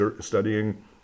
studying